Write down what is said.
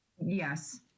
yes